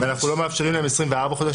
אבל אנחנו לא מאפשרים להם 24 חודשים.